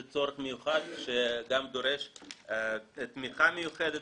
זה צורך מיוחד שגם דורש תמיכה מיוחדת.